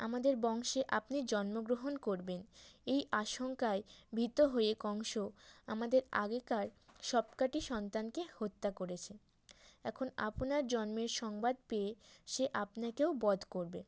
আমাদের বংশে আপনি জন্মগ্রহণ করবেন এই আশঙ্কায় ভীত হয়ে কংস আমাদের আগেকার সব কটি সন্তানকে হত্যা করেছে এখন আপনার জন্মের সংবাদ পেয়ে সে আপনাকেও বধ করবে